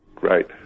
right